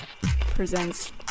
presents